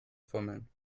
fummeln